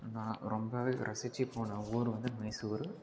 நான் ரொம்பவே ரசித்து போன ஊர் வந்து மைசூர்